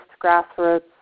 grassroots